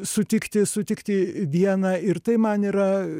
sutikti sutikti vieną ir tai man yra